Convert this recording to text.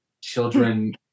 children